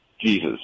Jesus